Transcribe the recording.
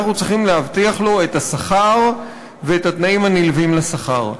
אנחנו צריכים להבטיח לו את השכר ואת התנאים הנלווים לשכר.